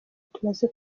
tumaze